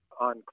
on